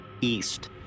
east